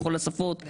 לכל השפות,